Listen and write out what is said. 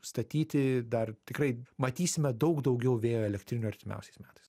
statyti dar tikrai matysime daug daugiau vėjo elektrinių artimiausiais metais